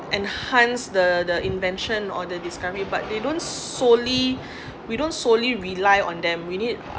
enhance the the invention or the discovery but they don't solely we don't solely rely on them we need